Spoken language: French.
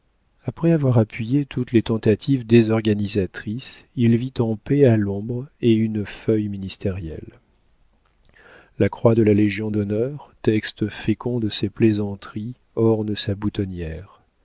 après avoir appuyé toutes les tentatives désorganisatrices il vit en paix à l'ombre d'une feuille ministérielle la croix de la légion-d'honneur texte fécond de ses plaisanteries orne sa boutonnière